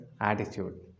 attitude